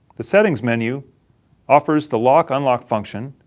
the settings menu offers the lock unlock function,